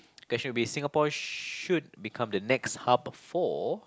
question will be Singapore should be the next hub for